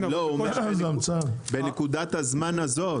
לא, בנקודת הזמן הזאת.